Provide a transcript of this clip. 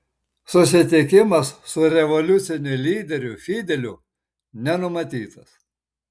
susitikimas su revoliuciniu lyderiu fideliu nenumatytas